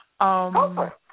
Okay